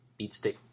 beatstick